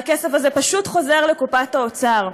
והכסף הזה פשוט חוזר לקופת האוצר.